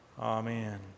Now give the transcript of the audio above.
Amen